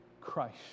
Christ